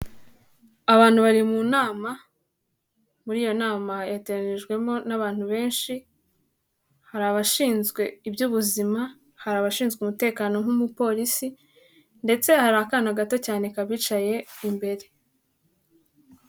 Abantu bari mu nama, muri iyo nama yateranyirijwemo n'abantu benshi, hari abashinzwe iby'ubuzima, hari abashinzwe umutekano nk'umupolisi ndetse hari akana gato cyane kabicaye imbere.